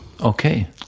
Okay